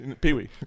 Pee-wee